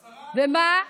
ומה?